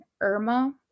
Irma